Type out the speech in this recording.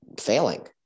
failing